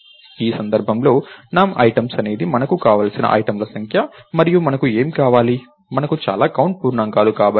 ఈ సందర్భంలో num items అనేది మనకు కావలసిన ఐటెమ్ల సంఖ్య మరియు మనకు ఏమి కావాలి మనకు చాలా కౌంట్ పూర్ణాంకాలు కావాలి